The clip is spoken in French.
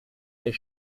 est